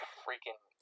freaking